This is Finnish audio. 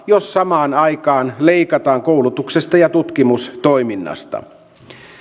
jos samaan aikaan leikataan koulutuksesta ja tutkimustoiminnasta